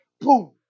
boom